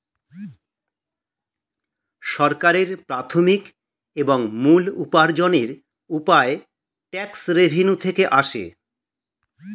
সরকারের প্রাথমিক এবং মূল উপার্জনের উপায় ট্যাক্স রেভেন্যু থেকে আসে